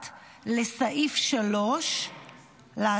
1, לסעיף 3 להצעה.